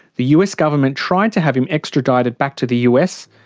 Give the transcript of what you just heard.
the us government tried to have him extradited back to the us,